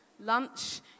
Lunch